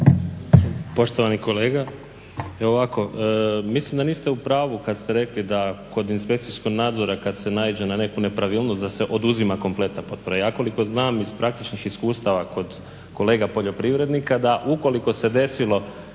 Poštovani kolega, evo ovako, mislim da niste u pravu kad ste rekli da kod inspekcijskog nadzora, kad se naiđe na neku nepravilnost, da se oduzima kompletna potpora. Ja koliko znam iz praktičnih iskustava kod kolega poljoprivrednika da ukoliko se desilo,